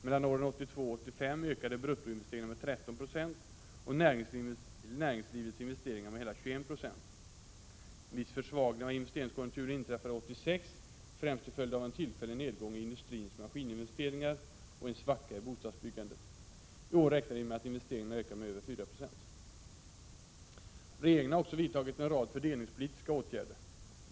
Mellan åren 1982 och 1985 ökade bruttoinvesteringarna med 13 96 och näringslivets investeringar med hela 21 70. En viss försvagning av investeringskonjunkturen inträffade 1986, främst till följd av en tillfällig nedgång i industrins maskininvesteringar och en svacka i bostadsbyggandet. I år räknar vi med att investeringarna ökar med över 4 I. Regeringen har också vidtagit en rad fördelningspolitiska åtgärder.